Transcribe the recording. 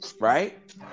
right